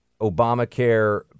Obamacare